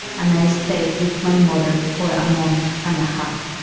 and i stayed with my mother for a month and a half,